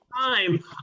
time